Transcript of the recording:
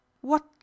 What